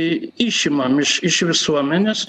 išimam iš iš visuomenės